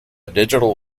digital